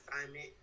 assignment